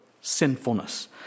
sinfulness